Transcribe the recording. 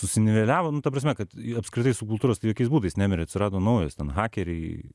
susiniveliavo nu ta prasme kad apskritai subkultūros jokiais būdais nemirė atsirado naujos ten hakeriai